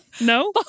No